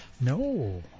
No